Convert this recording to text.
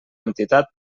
entitat